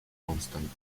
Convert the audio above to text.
constant